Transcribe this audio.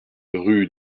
rue